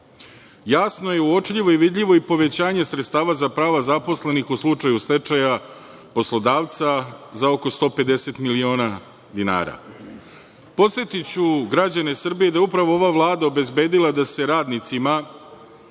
Jasno je uočljivo i vidljivo i povećanje sredstava za prava zaposlenih u slučaju stečaja poslodavca za oko 150 miliona dinara. Podsetiću građane Srbije da je upravo ova Vlada obezbedila da se radnicima